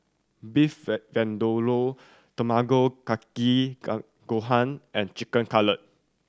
Beef Vindaloo Tamago Kake Gohan and Chicken Cutlet